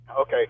Okay